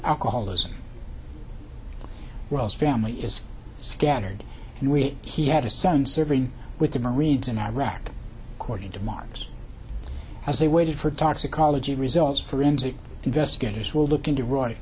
alcoholism well as family is scattered and we he had a son serving with the marines in iraq according to marx as they waited for toxicology results forensic investigators will look into roy